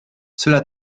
cela